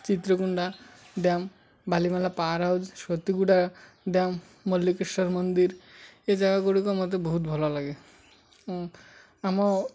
Chitrakonda dam Balimela power house Satiguda dam Mallikeswar ମନ୍ଦିର ଏ ଜାଗା ଗୁଡ଼ିକ ମୋତେ ବହୁତ ଭଲ ଲାଗେ ଆମ